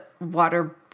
water